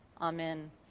Amen